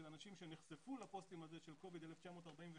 אנשים שנחשפו לפוסט הזה של קוביד 1948,